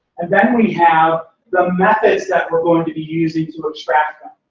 and then we have the methods that we're going to be using to extract them.